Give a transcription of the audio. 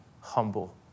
humble